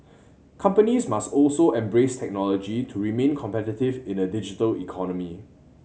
companies must also embrace technology to remain competitive in a digital economy